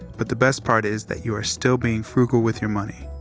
but the best part is that you are still being frugal with your money.